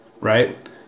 right